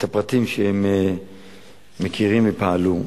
את הפרטים שהם מכירים, ופעלו.